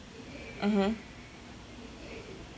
mmhmm